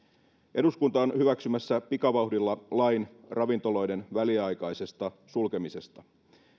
eduskunta on hyväksymässä pikavauhdilla lain ravintoloiden väliaikaisesta sulkemisesta